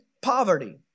poverty